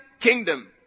kingdom